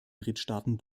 drittstaaten